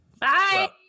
Bye